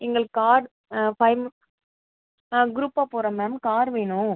எங்களுக்கு கார் ஃபை குரூப்பாக போகிறோம் மேம் கார் வேணும்